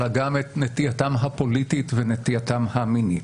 אלא גם את נטייתם הפוליטית ונטייתם המינית.